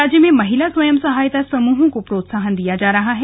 राज्य में महिला स्वयं सहायता समूहों को प्रोत्साहन दिया जा रहा है